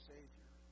Savior